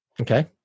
Okay